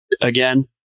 again